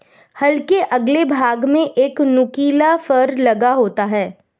हल के अगले भाग में एक नुकीला फर लगा होता है